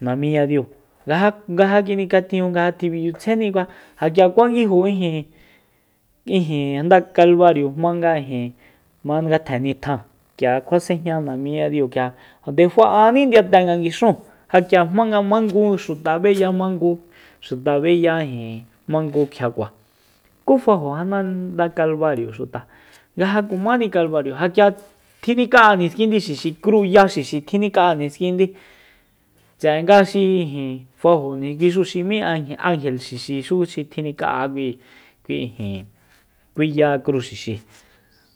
Namiñadiu ngaja- ngaja ki nikjatjiun nga ja tjiminchyitsjaeni nguaja ja k'ia kuanguijo ijin- ijin nda kalbario jmanga ijin jmanga ngatjen nitjan k'ia kjua s'enjña namiñadiu nde fa'ani ndiyate nga nguixun ja k'ia jmanga mangu xuta beya mangu xuta beya mangu kjiakua ku fajo janda kalbario xuta nga ja kumáni kalbario ja k'ia tjinika'a niskindi xixi kru ya xixi tjinka'a niskindi tse'e nga xi ijin fajo kuixu xi m'í angel xixixu tjinika'a kui ya kru xixi